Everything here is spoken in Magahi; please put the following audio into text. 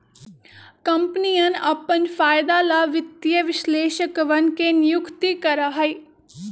कम्पनियन अपन फायदे ला वित्तीय विश्लेषकवन के नियुक्ति करा हई